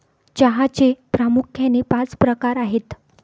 चहाचे प्रामुख्याने पाच प्रकार आहेत